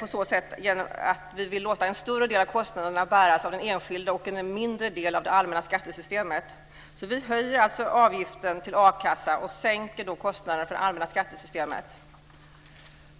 och låta en större del av kostnaderna bäras av den enskilde och en mindre del av det allmänna skattesystemet. I vårt förslag höjer vi alltså avgiften till a-kassan och sänker då kostnaderna för det allmänna skattesystemet.